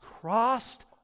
crossed